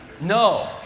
No